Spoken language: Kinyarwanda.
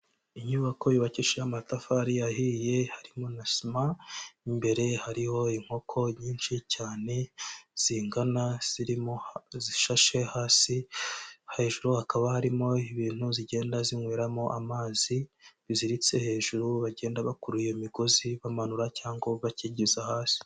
Inyubako yubakisha amatafari ahiye harimo na sima, imbere hariho inkoko nyinshi cyane zingana zirimo zishashe hasi, hejuru hakaba harimo ibintu zigenda zinyweramo amazi biziritse hejuru bagenda bakuru iyo imigozi bamanura cyangwa bakigiza hasi.